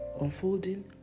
unfolding